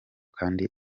kandi